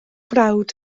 brawd